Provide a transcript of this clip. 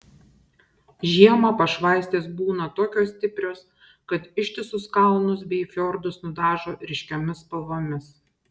žiemą pašvaistės būna tokios stiprios kad ištisus kalnus bei fjordus nudažo ryškiomis spalvomis